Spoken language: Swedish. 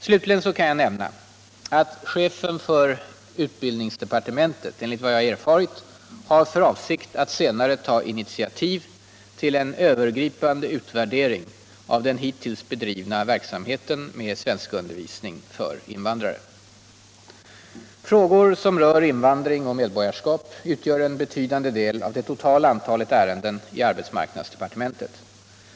Slutligen kan nämnas att chefen för utbildningsdepartementet — enligt vad jag erfarit — har för avsikt att senare ta initiativ till en övergripande utvärdering av den hittills bedrivna verksamheten med svenskundervisning för invandrare. Frågor som rör invandring och medborgarskap utgör en betydande del av det totala antalet ärenden i arbetsmarknadsdepartementet.